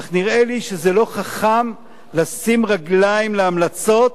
אך נראה לי שזה לא חכם לשים רגליים להמלצות,